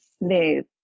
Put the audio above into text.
move